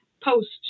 posts